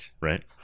Right